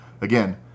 again